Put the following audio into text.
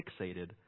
fixated